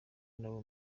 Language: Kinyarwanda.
n’abo